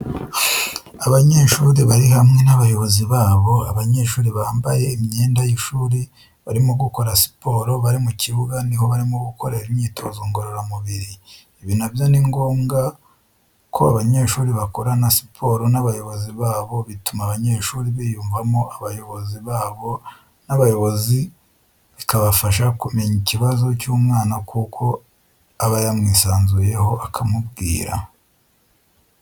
Abanyeshuri barihamwe n'abayobozi babo abanyeshuri bambaye imyenda yishuri barimo gukora siporo bari mukibuga niho barimo gukorera imyitozo ngorora mubiri. Ibi nabyo ningombwa ko abanyeshuri bakorana siporo nabayobozi babo bituma abanyeshuri biyumvamo abayobozi babo nabayobozi bikabafasha kumenye ikibazo cyumwana kuko abayanwisanzuyeho akamubwira.